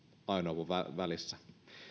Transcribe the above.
ajoneuvon välissä